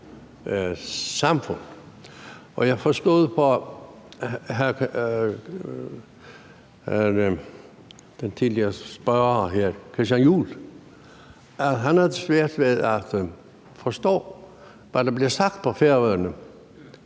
samfund, og jeg forstod på den tidligere spørger, hr. Christian Juhl, at han havde svært ved at forstå, hvad der bliver sagt på Færøerne,